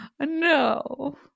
No